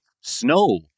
snow